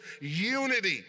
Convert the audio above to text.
unity